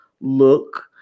look